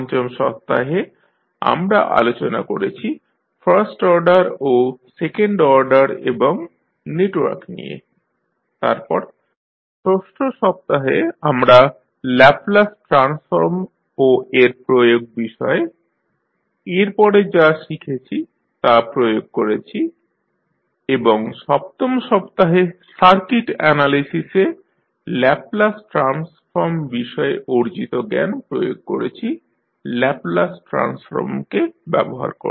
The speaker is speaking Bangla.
পঞ্চম সপ্তাহে আমরা আলোচনা করেছি ফার্স্ট অর্ডার ও সেকেন্ড অর্ডার এবং নেটওয়ার্ক নিয়ে তারপর ষষ্ঠ সপ্তাহে আমরা ল্যাপলাস ট্রান্সফর্ম ও এর প্রয়োগ বিষয়ে এরপরে যা শিখেছি তা' প্রয়োগ করেছি এবং সপ্তম সপ্তাহে সার্কিট অ্যানালিসিসে ল্যাপলাস ট্রান্সফর্ম বিষয়ে অর্জিত জ্ঞান প্রয়োগ করেছি ল্যাপলাস ট্রান্সফর্মকে ব্যবহার করে